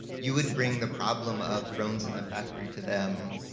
you would bring the problem of drones in the factory to them,